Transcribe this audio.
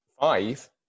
Five